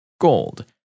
Gold